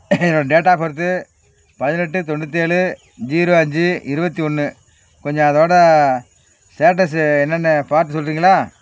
என்னோடய date of birth பதினெட்டு தொண்ணூற்றி ஏழு ஜீரோ அஞ்சு இருபத்தி ஒன்று கொஞ்சம் அதோடய ஸ்டேட்டஸு என்னென்னு பார்த்து சொல்கிறிங்களா